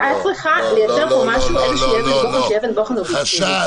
את צריכה לייצר פה אבן בוחן אובייקטיבית,